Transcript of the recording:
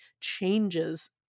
changes